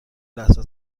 لحظه